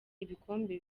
ibikombe